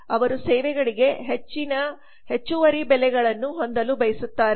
ಅವರು ಸೇವೆಗಳಿಗೆ ಹೆಚ್ಚಿನ ಹೆಚ್ಚುವರಿ ಬೆಲೆಗಳನ್ನು ಹೊಂದಲು ಬಯಸುತ್ತಾರೆ